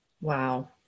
wow